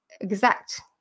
exact